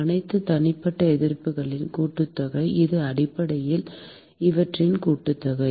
அனைத்து தனிப்பட்ட எதிர்ப்புகளின் கூட்டுத்தொகை இது அடிப்படையில் இவற்றின் கூட்டுத்தொகை